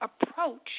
approach